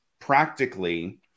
practically